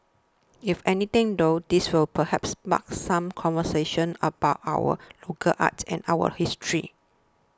if anything though this will perhaps spark some conversations about our local art and our history